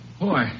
Boy